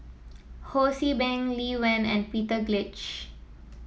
Ho See Beng Lee Wen and Peter